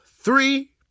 three